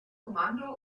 kommando